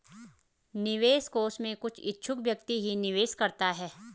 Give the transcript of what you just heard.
निवेश कोष में कुछ इच्छुक व्यक्ति ही निवेश करता है